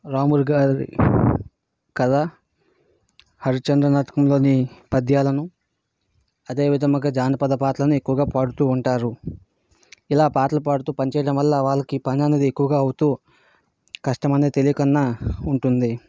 రాముడి గారి కధ హరిశ్చంద్ర నాటకంలోని పద్యాలను అదే విధముగా జానపద పాటలను ఎక్కువుగా పాడుతూ ఉంటారు ఇలా పాటలు పాడుతూ పని చేయడం వల్ల వాళ్ళకి పని అనేది ఎక్కువుగా అవుతూ కష్టం అనేది తెలియకుండా ఉంటుంది